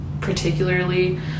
particularly